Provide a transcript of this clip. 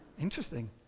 Interesting